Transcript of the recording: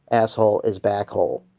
asshole is! back hole.